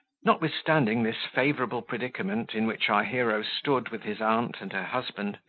notwithstanding this favourable predicament in which our hero stood with his aunt and her husband,